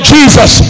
Jesus